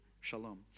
shalom